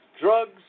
drugs